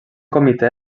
comitè